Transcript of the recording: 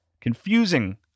confusing